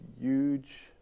huge